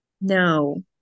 No